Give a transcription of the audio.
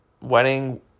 Wedding